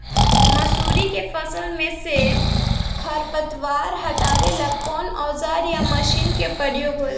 मसुरी के फसल मे से खरपतवार हटावेला कवन औजार या मशीन का प्रयोंग होला?